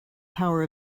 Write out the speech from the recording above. power